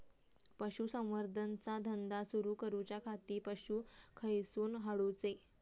पशुसंवर्धन चा धंदा सुरू करूच्या खाती पशू खईसून हाडूचे?